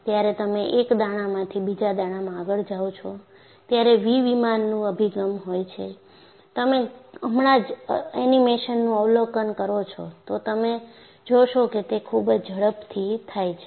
જ્યારે તમે એક દાણામાંથી બીજા દાણામાં આગળ જાઓ છો ત્યારે વી વિમાનનું અભિગમ હોય છે તમે હમણાં જ એનિમેશનનું અવલોકન કરો છો તો તમે જોશો કે તે ખૂબ જ ઝડપથી થાય છે